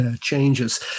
changes